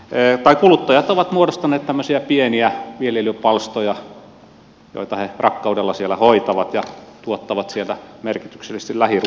nimittäin kuluttajat ovat muodostaneet tämmöisiä pieniä viljelypalstoja joita he rakkaudella hoitavat ja joilla tuottavat merkityksellisesti lähiruokaa